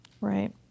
Right